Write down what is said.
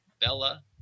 Bella